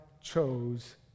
chose